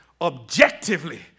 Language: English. objectively